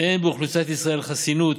אין באוכלוסיית ישראל חסינות